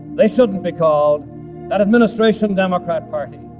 they shouldn't be called that administration democrat party.